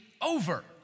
over